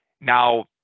Now